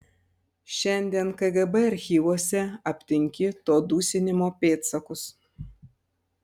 šiandien kgb archyvuose aptinki to dusinimo pėdsakus